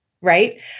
right